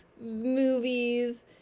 movies